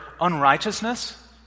unrighteousness